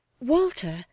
Walter